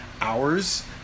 hours